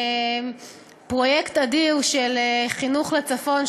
פרויקט אדיר של חינוך לצפון,